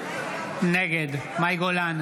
נגד מאי גולן,